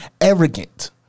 Arrogant